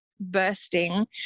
bursting